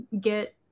get